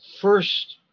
first